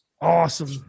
Awesome